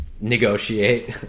negotiate